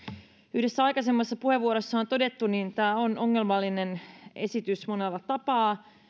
yhdessä aikaisemmassa puheenvuorossa on todettu tämä on ongelmallinen esitys monella tapaa